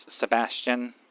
Sebastian